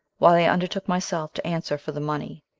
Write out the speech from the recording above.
while i undertook myself to answer for the money,